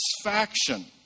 satisfaction